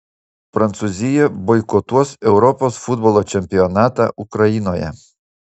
prancūzija boikotuos europos futbolo čempionatą ukrainoje